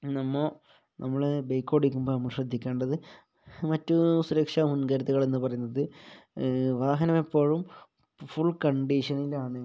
നമ്മ നമ്മൾ ബൈക്ക് ഓടിക്കുമ്പോൾ നമ്മൾ ശ്രദ്ധിക്കേണ്ടത് മറ്റ് സുരക്ഷാ മുൻകരുതലുകൾ എന്ന് പറയുന്നത് വാഹനം എപ്പോഴും ഫുൾ കണ്ടീഷനിലാണ്